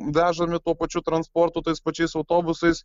vežami tuo pačiu transportu tais pačiais autobusais